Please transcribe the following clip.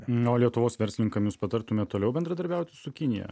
na o lietuvos verslininkam jūs patartumėt toliau bendradarbiauti su kinija